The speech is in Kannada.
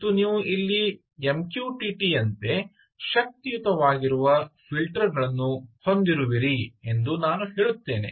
ಮತ್ತು ನೀವು ಇಲ್ಲಿ MQTT ನಂತೆ ಶಕ್ತಿಯುತವಾಗಿರುವ ಫಿಲ್ಟರ್ಗಳನ್ನು ಹೊಂದಿರುವಿರಿ ಎಂದು ನಾನು ಹೇಳುತ್ತೇನೆ